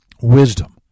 Wisdom